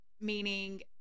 meaning